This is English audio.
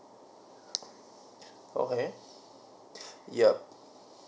okay yup